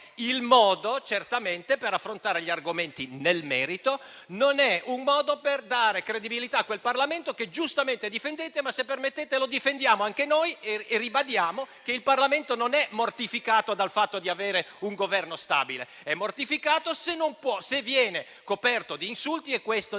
ma non è certamente il modo per affrontare gli argomenti nel merito, non è un modo per dare credibilità a quel Parlamento che giustamente difendete. Tuttavia, se permettete, lo difendiamo anche noi e ribadiamo che il Parlamento non è mortificato dal fatto di avere un Governo stabile, ma è mortificato se viene coperto di insulti e direi